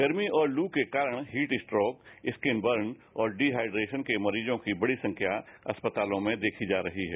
गर्मी और लू के कारण हीट स्ट्रोक स्किन बर्न और डिहाइइशन के मरीजों की बड़ी संख्या अस्पतालों में देखी जारही है